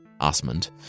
Osmond